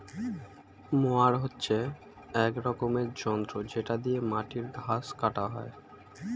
mower হচ্ছে এক রকমের যন্ত্র যেটা দিয়ে মাটির ঘাস কাটা হয়